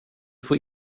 får